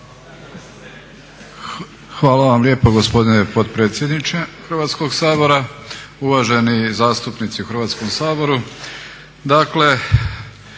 Hvala vam lijepo gospodine potpredsjedniče Hrvatskog sabora, uvaženi zastupnici u Hrvatskom saboru.